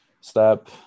step